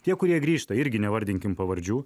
tie kurie grįžta irgi nevardinkim pavardžių